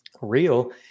real